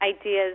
ideas